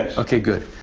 okay, good.